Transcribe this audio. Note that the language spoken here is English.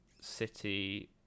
City